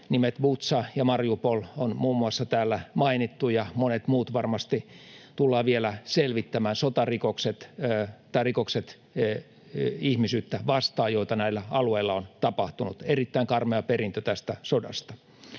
nimet Butša ja Mariupol on täällä mainittu, ja monet muut varmasti tullaan vielä selvittämään, sotarikokset tai rikokset ihmisyyttä vastaan, joita näillä alueilla on tapahtunut — erittäin karmea perintö tästä sodasta.